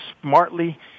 smartly